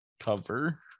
cover